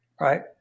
right